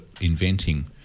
inventing